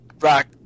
rock